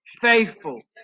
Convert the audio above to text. faithful